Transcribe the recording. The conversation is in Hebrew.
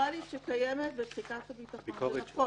הפרוצדוראלית שקיימת בתחיקת הביטחון, זה נכון.